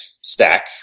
stack